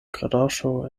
groŝo